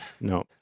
No